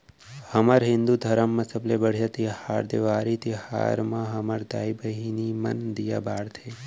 हमर हिंदू धरम म सबले बड़का तिहार देवारी तिहार म हमर दाई बहिनी मन दीया बारथे